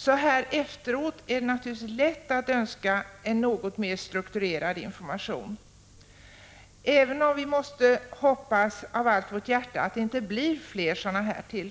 Så här efteråt är det naturligtvis lätt att önska en något mer strukturerad information. Även om vi av allt vårt hjärta hoppas att denna händelse inte skall